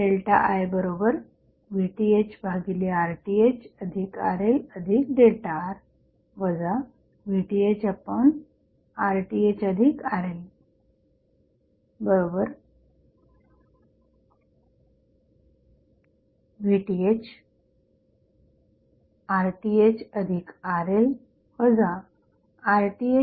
IVThRThRLR VThRThRL VThRThRL RThRLRRThRLRRThRL